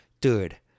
Dude